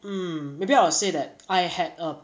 mm maybe I'll say that I had um